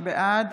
בעד